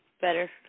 Better